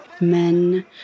men